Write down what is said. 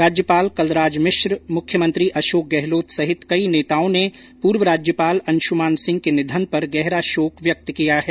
राज्यपाल कलराज मिश्र मुख्यमंत्री अशोक गहलोत सहित कई नेताओं ने पूर्व राज्यपाल अंशुमान सिंह के निधन पर गहरा शोक व्यक्त किया है